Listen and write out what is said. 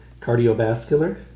cardiovascular